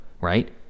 right